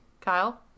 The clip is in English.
Kyle